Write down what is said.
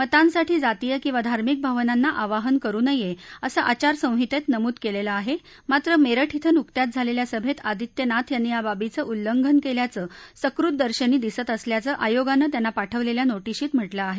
मतांसाठी जातीय किंवा धार्मीक भावनांना आवाहन करु नये असं आचारसंहितेत नमूद केलेलं आहे मात्र मेरठ िंग नुकत्याच झालेल्या सभेत आदित्य नाथ यांनी या बाबीचं उल्लंघन केल्याचं सकृत दर्शनी दिसत असल्याचं आयोगानं त्यांना पाठवलेल्या नोटीशीत म्हटलं आहे